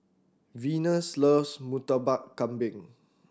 Venus loves Murtabak Kambing